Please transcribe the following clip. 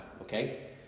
okay